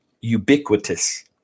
ubiquitous